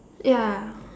ya